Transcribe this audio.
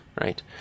right